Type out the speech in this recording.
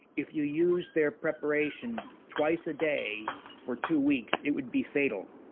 if you use their preparation twice a day for two weeks, it would be fatal